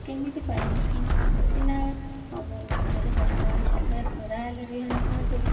କେମିତି ପାଇମୁ ସିନା ଥରେ ବର୍ଷା ହେଲେ ଥରେ ଖରା ହେଲେ ବିହନ ପାଆନ୍ତୁ